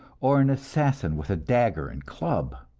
or an assassin with a dagger and club.